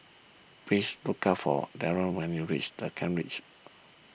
please look for Daron when you reach the Kent Ridge